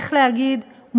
איך להגיד,